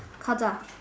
Ka Za